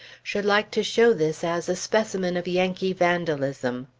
should like to show this as a specimen of yankee vandalism.